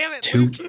two